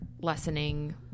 lessening